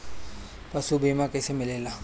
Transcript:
पशु बीमा कैसे मिलेला?